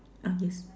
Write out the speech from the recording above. ah yes